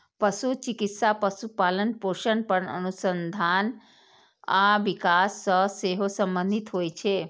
पशु चिकित्सा पशुपालन, पोषण पर अनुसंधान आ विकास सं सेहो संबंधित होइ छै